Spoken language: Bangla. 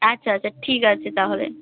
আচ্ছা আচ্ছা ঠিক আছে তাহলে